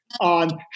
on